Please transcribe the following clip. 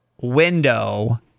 window